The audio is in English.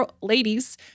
ladies